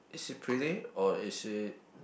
is she pretty or is she